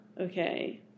Okay